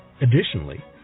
Additionally